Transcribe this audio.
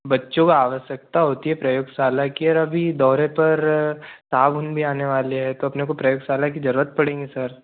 बच्चों को आवश्यकता होती है प्रयोगशाला खैर अभी दौरे पर साहब उन भी आने वाले हैं तो अपने को प्रयोगशाला की जरूरत पड़ेगी सर